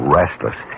restless